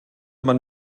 man